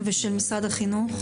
ושל משרד החינוך?